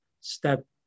step